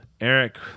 Eric